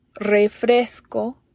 Refresco